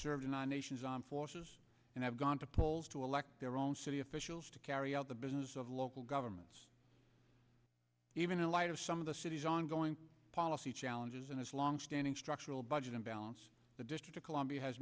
served in our nation's armed force and i've gone to polls to elect their own city officials to carry out the business of local governments even in light of some of the city's ongoing policy challenges and its longstanding structural budget imbalance the district of columbia has